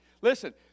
listen